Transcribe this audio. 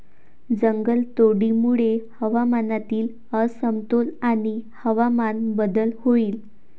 जंगलतोडीमुळे हवामानातील असमतोल आणि हवामान बदल होईल